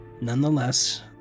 Nonetheless